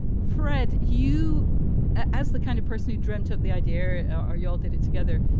fred, you as the kind of person who dreamt up the idea. are you all did it together?